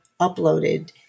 uploaded